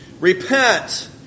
repent